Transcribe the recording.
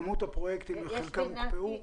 חלק מהפרויקטים הוקפאו.